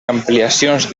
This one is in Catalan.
ampliacions